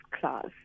class